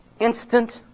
instant